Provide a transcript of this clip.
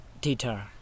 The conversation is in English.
data